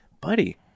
buddy